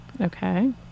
Okay